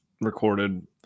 recorded